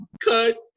cut